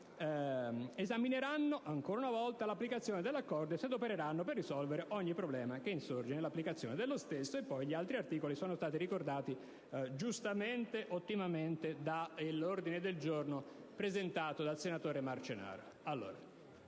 esamineranno» (ancora una volta) «l'applicazione del presente Accordo e si adopereranno per risolvere ogni problema che insorga nell'applicazione stessa». Gli altri articoli sono stati ricordati, giustamente, ottimamente, dall'ordine del giorno G100 presentato dal senatore Marcenaro.